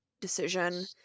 decision